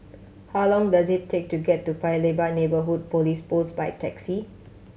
how long does it take to get to Paya Lebar Neighbourhood Police Post by taxi